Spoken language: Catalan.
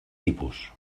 tipus